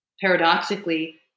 paradoxically